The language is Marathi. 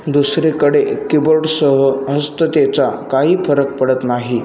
दुसरीकडे कीबोर्डसह हस्ततेचा काही फरक पडत नाही